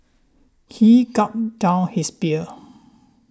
he gulped down his beer